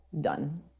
done